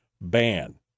ban